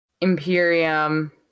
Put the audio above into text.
Imperium